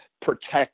protect